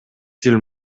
тил